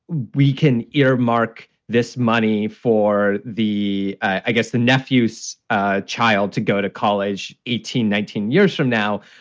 we can earmark this money for the, i guess, the nephew's ah child to go to college eighteen, nineteen years from now.